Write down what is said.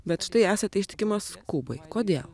bet štai esate ištikimas kubai kodėl